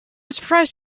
surprised